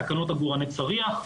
תקנות עגורני צריח,